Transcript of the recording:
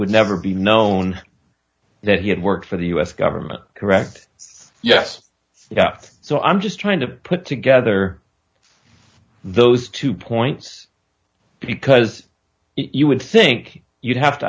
would never be known that he had worked for the us government correct yes he got so i'm just trying to put together those two points because you would think you'd have to